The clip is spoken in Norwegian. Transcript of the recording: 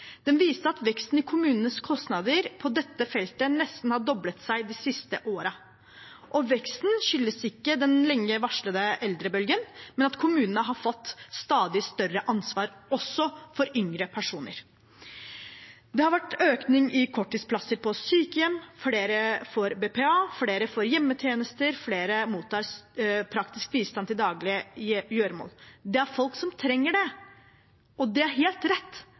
Den viste at veksten i kommunenes kostnader på dette feltet nesten har doblet seg de siste årene. Veksten skyldes ikke den lenge varslede eldrebølgen, men at kommunene har fått stadig større ansvar – også for yngre personer. Det har vært økning i korttidsplasser på sykehjem, flere får BPA, flere får hjemmetjenester og flere mottar praktisk bistand til daglige gjøremål. Det er folk som trenger det, og det er helt rett